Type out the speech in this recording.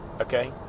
Okay